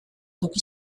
toki